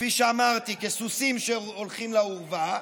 כפי שאמרתי, כסוסים שהולכים לאורווה,